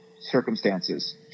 circumstances